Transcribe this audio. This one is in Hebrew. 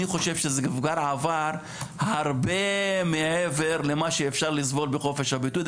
אני חושב שזה כבר עבר הרבה מעבר למה שאפשר לסבול בחופש הביטוי.